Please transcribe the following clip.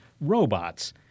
robots